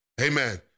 Amen